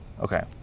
Okay